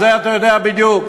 זה אתה יודע בדיוק.